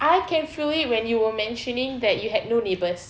I can feel it when you were mentioning that you had no neighbours